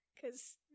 Cause